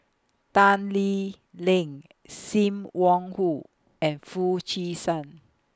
Tan Lee Leng SIM Wong Hoo and Foo Chee San